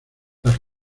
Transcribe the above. las